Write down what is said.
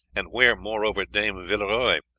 and where, moreover, dame villeroy,